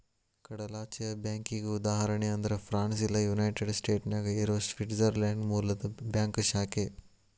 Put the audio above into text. ಕಡಲಾಚೆಯ ಬ್ಯಾಂಕಿಗಿ ಉದಾಹರಣಿ ಅಂದ್ರ ಫ್ರಾನ್ಸ್ ಇಲ್ಲಾ ಯುನೈಟೆಡ್ ಸ್ಟೇಟ್ನ್ಯಾಗ್ ಇರೊ ಸ್ವಿಟ್ಜರ್ಲ್ಯಾಂಡ್ ಮೂಲದ್ ಬ್ಯಾಂಕ್ ಶಾಖೆ